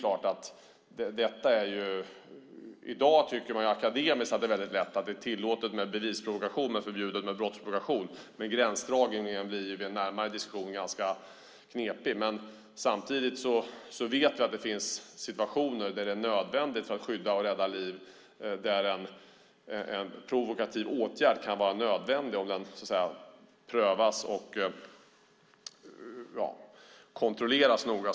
I dag tycker man lätt akademiskt att det är tillåtet med bevisprovokation men förbjudet med brottsprovokation. Men gränsdragningen är vid en närmare diskussion ganska knepig. Samtidigt vet vi att det finns situationer där det kan vara nödvändigt med en provokativ åtgärd för att skydda och rädda liv, om den prövas och kontrolleras noga.